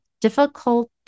difficult